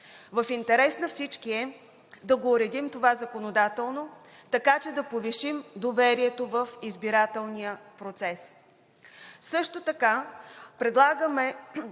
В интерес на всички е да уредим това законодателно, така че да повишим доверието в избирателния процес.